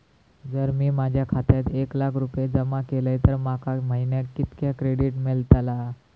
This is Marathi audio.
जर मी माझ्या खात्यात एक लाख रुपये जमा केलय तर माका महिन्याक कितक्या क्रेडिट मेलतला?